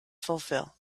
fulfill